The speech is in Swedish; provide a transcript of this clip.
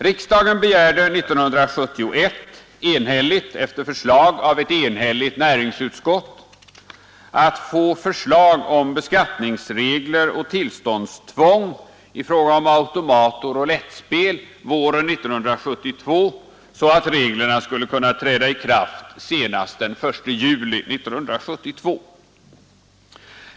Riksdagen begärde 1971 enhälligt efter förslag av ett enigt näringsutskott att få förslag om beskattningsregler och tillståndstvång i fråga om automatoch roulettspel våren 1972, så att reglerna skulle kunna träda i kraft senast den 1 juli 1972.